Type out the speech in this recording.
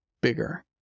bigger